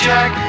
Jack